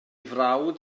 frawd